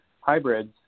hybrids